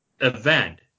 event